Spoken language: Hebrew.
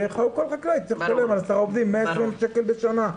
כל חקלאי יצטרך לשלם על עשרה עובדים 120,000 שקל בשנה.